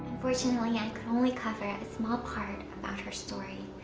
unfortunately, i could only cover a small part about her story.